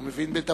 הוא מבין בדבר.